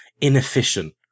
inefficient